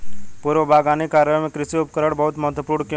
पूर्व बागवानी कार्यों में कृषि उपकरण बहुत महत्वपूर्ण क्यों है?